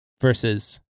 versus